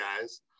guys